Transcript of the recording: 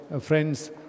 friends